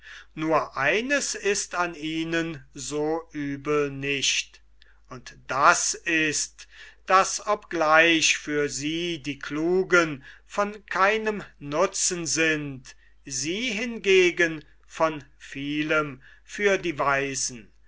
nur eines ist an ihnen so übel nicht und das ist daß obgleich für sie die klugen von keinem nutzen sind sie hingegen von vielem für die weisen